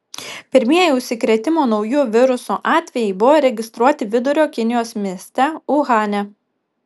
pirmieji užsikrėtimo nauju virusu atvejai buvo registruoti vidurio kinijos mieste uhane